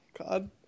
God